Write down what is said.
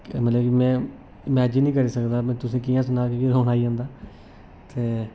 मतलब कि में इमैजन नेईं करी सकदा मैं तुसेंगी कि'यां सनांऽ कि कि रौना आई जंदा ते